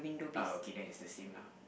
uh okay then it's the same lah